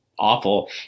Awful